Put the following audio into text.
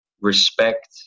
Respect